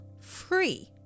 free